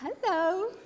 Hello